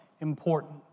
important